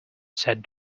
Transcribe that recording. said